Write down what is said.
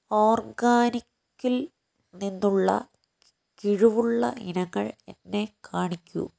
ഓർഗാനിക്കിൽ നിന്നുള്ള കിഴിവുള്ള ഇനങ്ങൾ എന്നെ കാണിക്കൂ